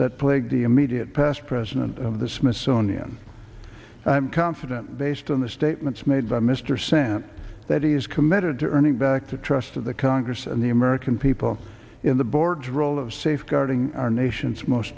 that plague the immediate past president of the smithsonian and i'm confident based on the statements made by mr cent that he is committed to earning back to trust of the congress and the american people in the board drole of safeguarding our nation's most